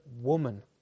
woman